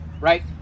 right